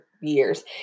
years